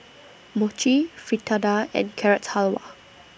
Mochi Fritada and Carrot Halwa